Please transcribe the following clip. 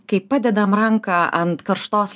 kai padedam ranką ant karštos